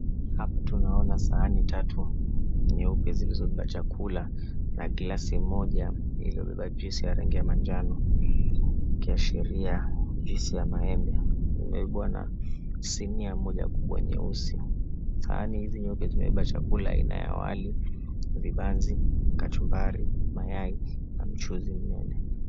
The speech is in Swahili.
Hapa tunaona sahani tatu nyeupe zilizobeba chakula na glasi moja lililobeba juicy ya rangi ya manjano ikiashiria juicy ya maembe yenye imebebwa na sinia moja kubwa nyeusi. Sahani hizi nyeupe zimebeba chakula aina ya wali, vibanzi , kachumbari, mayai na mchuuzi mnene.